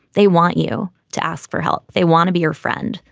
they want you to ask for help. they want to be your friend.